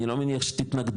אני לא מניח שתתנגדו,